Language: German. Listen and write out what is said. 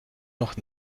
noch